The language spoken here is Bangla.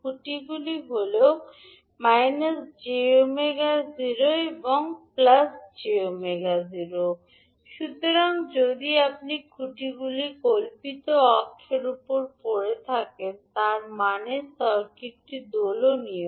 খুঁটিগুলি হল 𝑗𝜔0 এবং 𝑗𝜔0 সুতরাং যখন আপনি খুঁটিগুলি কল্পিত অক্ষের উপরে পড়ে থাকেন তার মানে সার্কিটটি দোলনীয়